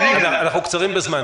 אנחנו קצרים בזמן.